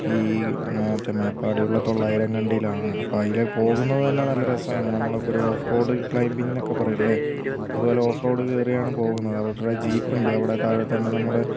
ഈ മറ്റേ മേപ്പാടി ഉള്ള തൊള്ളായിരം കണ്ടിയിൽ ആണ് അപ്പോൾ അതിൽ പോകുന്നത് തന്നെ നല്ല രസം ആണ് നമ്മളിപ്പൊ ഒരു ഓഫ് റോഡ് ക്ലയിമ്പിങ് എന്നൊക്കെ പറയില്ലേ അതുപോലെ ഓഫ് റോഡ് കേറിയാണ് പോകുന്നത് അവരുടെ ജീപ്പ് ഉണ്ട് അവിടെ താഴെ തന്നെ നമ്മുടെ